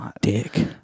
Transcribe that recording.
dick